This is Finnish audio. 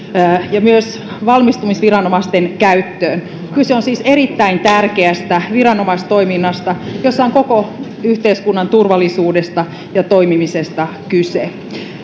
ja myös valmiusviranomaisten käyttöön kyse on siis erittäin tärkeästä viranomaistoiminnasta jossa on koko yhteiskunnan turvallisuudesta ja toimimisesta kyse